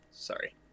Sorry